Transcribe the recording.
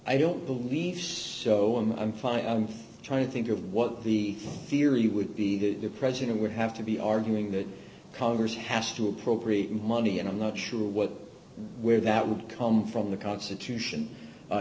i don't believe so and i'm fine i'm trying to think of what the theory would be that the president would have to be arguing that congress has to appropriate money and i'm not sure what where that would come from the constitution